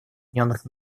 объединенных